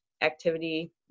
activity